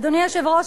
אדוני היושב-ראש,